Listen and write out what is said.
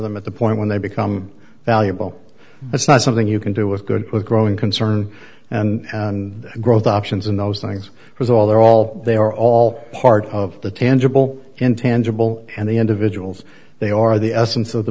them at the point when they become valuable it's not something you can do with good or growing concern and growth options and those things because all they're all they are all part of the tangible intangible and the individuals they are the essence of the